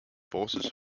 forces